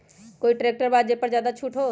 कोइ ट्रैक्टर बा जे पर ज्यादा छूट हो?